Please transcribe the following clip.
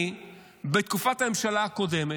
אני, בתקופת הממשלה הקודמת,